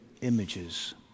images